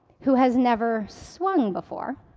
who has never swung before,